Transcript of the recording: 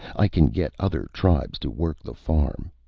i can get other tribes to work the farm.